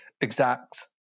exacts